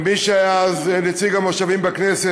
מי שהיה אז נציג המושבים בכנסת,